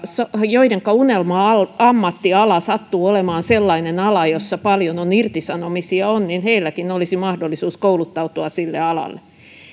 joidenka unelma ammattiala sattuu olemaan sellainen ala jolla paljon on irtisanomisia olisi mahdollisuus kouluttautua sille alalle